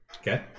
Okay